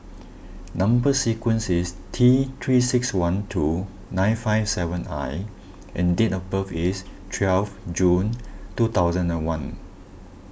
Number Sequence is T three six one two nine five seven I and date of birth is twelve June two thousand and one